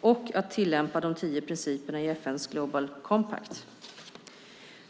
och att tillämpa de tio principerna i FN:s Global Compact.